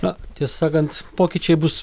na tiesą sakant pokyčiai bus